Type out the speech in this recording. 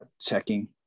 checking